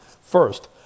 First